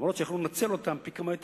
אף-על-פי שהיו יכולים לנצל אותם פי-כמה יותר